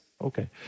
Okay